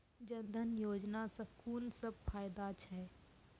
जनधन योजना सॅ कून सब फायदा छै?